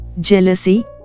jealousy